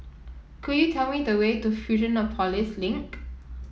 could you tell me the way to Fusionopolis Link